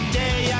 day